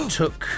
took